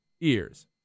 ears